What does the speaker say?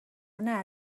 una